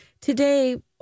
today